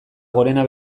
gorena